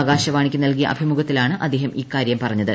ആകാശവാണിക്ക് നൽകിയ അഭിമുഖത്തി ലാണ് അദ്ദേഹം ഇക്കാര്യം പറഞ്ഞത്